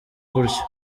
gutyo